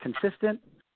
consistent